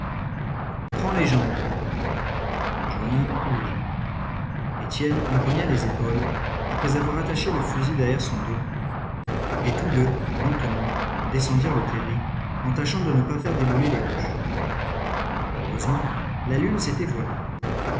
prends les jambes jeanlin prit les jambes étienne empoigna les épaules après avoir attaché le fusil derrière son dos et tous deux lentement descendirent le terri en tâchant de ne pas faire débouler les roches heureusement la lune s'était voilée